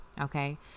Okay